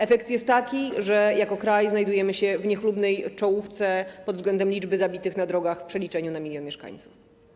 Efekt jest taki, że jako kraj znajdujemy się w niechlubnej czołówce pod względem liczby zabitych na drogach w przeliczeniu na 1 mln mieszkańców.